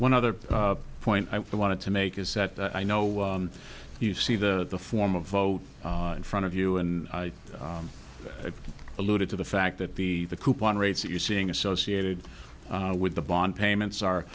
one other point i wanted to make is that i know you see that the form of vote in front of you and i alluded to the fact that the coupon rates that you're seeing associated with the bond payments are